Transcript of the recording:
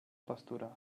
pasturar